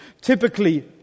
Typically